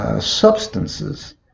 substances